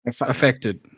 affected